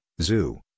zoo